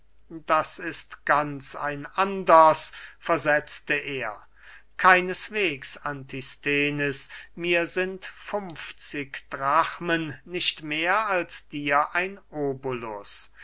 das ist ganz ein anders versetzte er keineswegs antisthenes mir sind funfzig drachmen nicht mehr als dir ein obolus